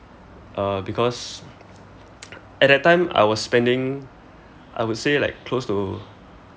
uh because at that time I was spending I would say like close to